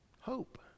Hope